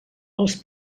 els